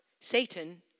Satan